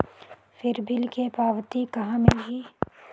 फिर बिल के पावती कहा मिलही?